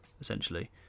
essentially